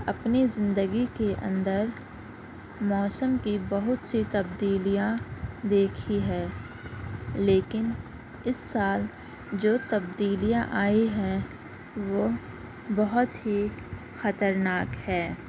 اپنی زندگی کے اندر موسم کی بہت سی تبدیلیاں دیکھی ہے لیکن اس سال جو تبدیلیاں آئی ہے وہ بہت ہی خطرناک ہے